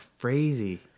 crazy